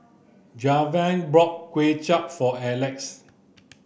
Javier brought Kway Chap for Elex